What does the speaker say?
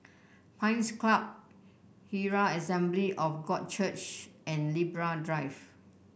Pines Club Herald Assembly of God Church and Libra Drive